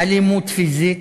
אלימות פיזית,